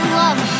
love